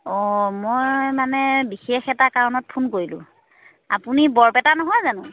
অঁ মই মানে বিশেষ এটা কাৰণত ফোন কৰিলোঁ আপুনি বৰপেটাৰ নহয় জানো